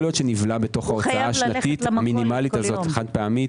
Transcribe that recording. יכול להיות שנבלע בהוצאה שנתית מינימלית הזו חד פעמית